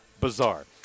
bizarre